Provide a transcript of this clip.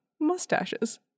mustaches